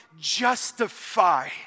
justify